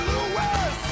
Louis